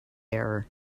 error